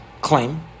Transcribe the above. claim